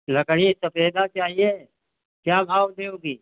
लकड़ी सफ़ेदा चाहिए क्या भाव दोगी